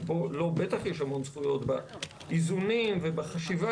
שלו בטח יש המון זכויות באיזונים ובחשיבה